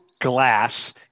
glass